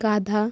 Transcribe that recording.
গাধা